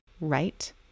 right